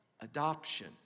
adoption